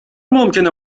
ممکنه